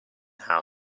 how